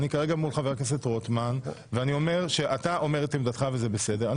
כרגע אני מול חבר הכנסת רוטמן ואני אומר שאתה אומר את עמדתך וזה בסדר.